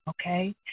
okay